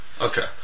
Okay